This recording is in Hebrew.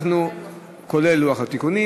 כולל לוח התיקונים.